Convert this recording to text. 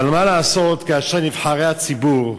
אבל מה לעשות כאשר נבחרי ציבור,